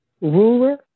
ruler